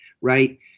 Right